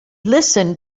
listened